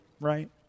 right